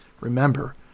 Remember